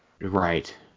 right